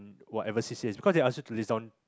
whatever C_C_As cause they ask you to list on